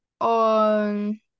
on